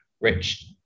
rich